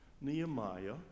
Nehemiah